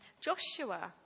Joshua